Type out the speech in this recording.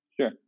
sure